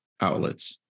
outlets